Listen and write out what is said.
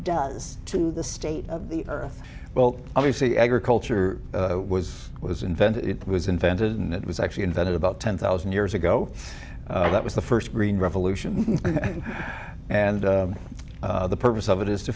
does to the state of the earth well obviously agriculture was was invented it was invented and it was actually invented about ten thousand years ago that was the first green revolution and the purpose of it is to